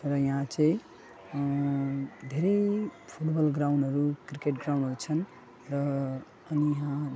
र यहाँ चाहिँ धेरै फुटबल ग्राउन्डहरू क्रिकेट ग्राउन्डहरू छन् र अनि यहाँ